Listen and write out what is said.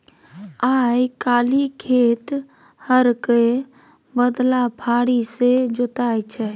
आइ काल्हि खेत हरक बदला फारीए सँ जोताइ छै